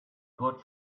good